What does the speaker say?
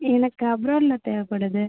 எனக்கு அப்ராட்டில் தேவைப்படுது